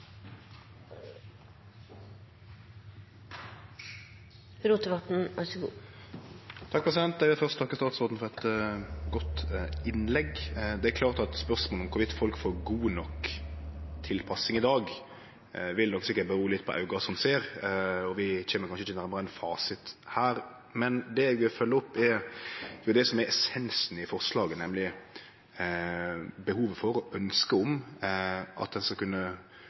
Eg vil først takke statsråden for eit godt innlegg. Spørsmålet om folk får god nok tilpassing i dag eller ikkje, vil nok sikkert kome litt an på auga som ser, og vi kjem kanskje ikkje nærmare ein fasit her. Det eg vil følgje opp, er essensen i forslaget, nemleg behovet for og ønsket om at ein skal kunne